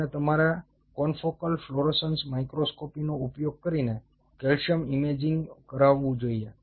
અને તમારે confocal fluorescence માઇક્રોસ્કોપીનો ઉપયોગ કરીને કેલ્શિયમ ઇમેજિંગ કરાવવું જોઇએ